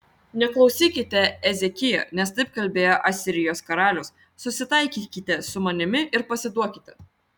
neklausykite ezekijo nes taip kalbėjo asirijos karalius susitaikykite su manimi ir pasiduokite